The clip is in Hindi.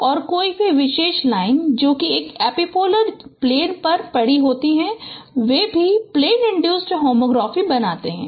और कोई भी विशेष लाइन जो एक ही एपिपोलर प्लेन पर पड़ी होती है वे भी प्लेन इन्ड्यूसड होमोग्राफी बनाते हैं